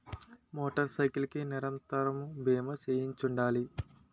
motor cycle కి నిరంతరము బీమా చేయిస్తుండాలి